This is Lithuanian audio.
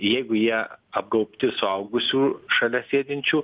jeigu jie apgaubti suaugusių šalia sėdinčių